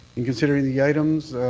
in considering the items,